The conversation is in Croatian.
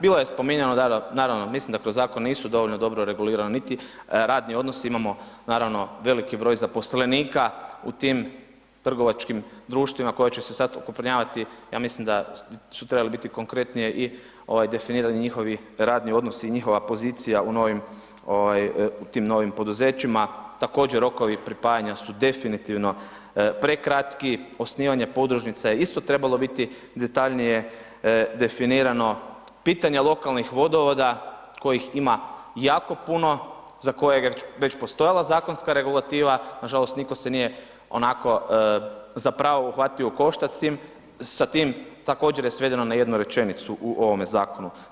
Bilo je spominjano naravno, mislim da kroz zakon nisu dovoljno dobro regulirani niti radni odnosi, imamo naravno veliki broj zaposlenika u tim trgovačkim društvima koja će se sad okrupnjavati, ja mislim da su trebali biti konkretnije i definirani njihovi radni odnosi i njihova pozicija u tim novim poduzećima, također rokovi pripajanja su definitivno prekratki, osnivanje podružnica je isto trebalo biti detaljnije definirano, pitanje lokalnih vodovoda kojih ima jako puno, za kojega je već postojala zakonska regulativa, nažalost nitko se nije onako zapravo uhvatio u koštac sa tim, također je svedeno na jednu rečenicu u ovome zakonu.